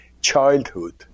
childhood